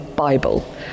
Bible